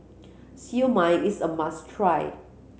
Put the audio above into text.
Siew Mai is a must try